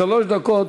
שלוש דקות,